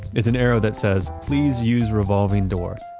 it's an arrow that says, please use revolving door.